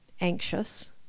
anxious